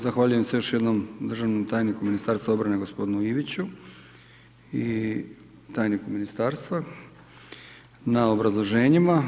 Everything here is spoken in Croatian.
Zahvaljujem se još jednom državnom tajniku u Ministarstvu obrane g. Iviću i tajniku ministarstva na obrazloženjima.